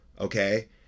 okay